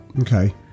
Okay